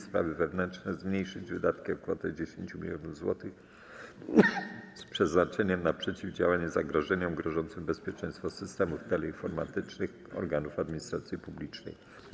Sprawy wewnętrzne zmniejszyć wydatki o kwotę 10 mln zł z przeznaczeniem na przeciwdziałanie zagrożeniom godzącym w bezpieczeństwo systemów teleinformatycznych organów administracji publicznej.